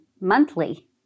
monthly